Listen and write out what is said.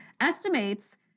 estimates